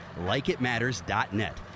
LikeItMatters.net